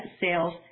sales